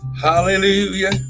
Hallelujah